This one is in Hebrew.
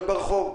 אז מה זאת הפרה?